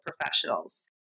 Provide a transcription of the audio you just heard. professionals